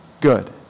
good